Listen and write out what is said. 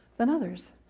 than others?